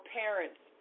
parents